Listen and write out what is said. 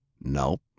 Nope